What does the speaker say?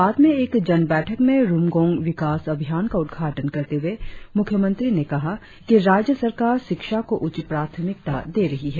बाद में एक जन बैठक में रुमगोंग विकास अभियान का उद्घाटन करते हुए मुख्यमंत्री ने कहा कि राज्य सरकार शिक्षा को उच्च प्राथमिकता दे रही है